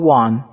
one